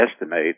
estimate